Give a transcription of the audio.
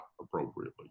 appropriately